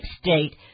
state